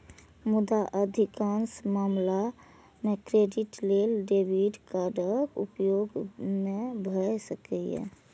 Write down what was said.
मुदा अधिकांश मामला मे क्रेडिट लेल डेबिट कार्डक उपयोग नै भए सकैए